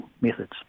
methods